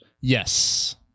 Yes